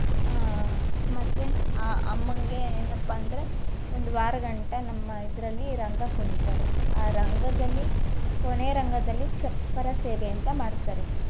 ಮತ್ತು ಅಮ್ಮನಿಗೆ ಏನಪ್ಪ ಅಂದರೆ ಒಂದು ವಾರಗಂಟ ನಮ್ಮ ಇದರಲ್ಲಿ ರಂಗ ಕುಣಿತಾರೆ ಆ ರಂಗದಲ್ಲಿ ಕೊನೆ ರಂಗದಲ್ಲಿ ಚಪ್ಪರ ಸೇವೆ ಅಂತ ಮಾಡ್ತಾರೆ